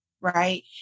right